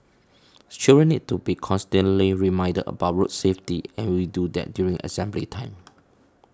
children need to be constantly reminded about road safety and we do that during assembly time